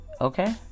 Okay